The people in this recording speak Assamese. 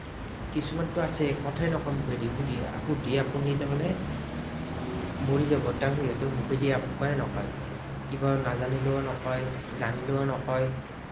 কিছুমানটো আছে কথাই নকয় মুখেদি সুধি সুধি আপুনি তাৰমানে মৰি যাব তেও সিহঁতে মুখেদি একোৱেই নকয় কিবা নাজানিলেও নকয় জানিলেও নকয়